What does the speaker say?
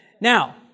Now